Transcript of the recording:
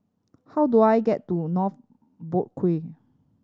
how do I get to North Boat Quay